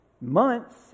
months